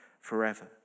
forever